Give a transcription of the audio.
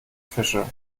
fische